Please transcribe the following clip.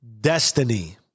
destiny